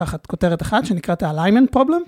תחת כותרת אחת שנקראת alignment problem.